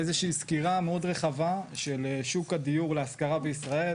איזושהי סקירה מאוד רחבה של שוק הדיור להשכרה בישראל,